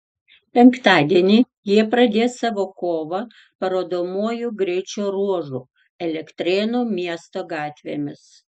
penktadienį jie pradės savo kovą parodomuoju greičio ruožu elektrėnų miesto gatvėmis